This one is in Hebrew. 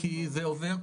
כי זה עובר,